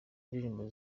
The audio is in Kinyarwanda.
ndirimbo